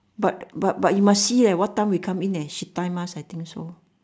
but but but you must see eh what time we come in and she time us I think so